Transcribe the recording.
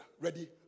Ready